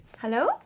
Hello